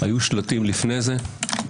היו שלטים לפני זה.